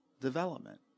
development